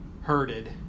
herded